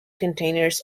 containers